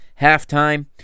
halftime